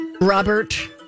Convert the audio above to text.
Robert